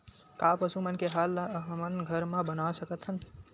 का पशु मन के आहार ला हमन घर मा बना सकथन?